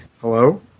Hello